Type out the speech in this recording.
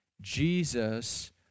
Jesus